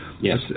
Yes